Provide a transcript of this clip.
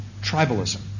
tribalism